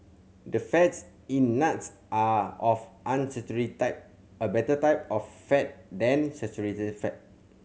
the fats in nuts are of unsaturated type a better type of fat than saturated fat